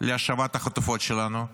להשבת החטופות שלנו,